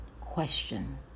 question